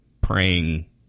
praying